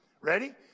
Ready